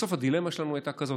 בסוף הדילמה שלנו הייתה כזאת,